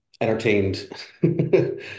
entertained